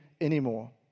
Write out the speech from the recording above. anymore